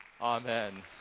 Amen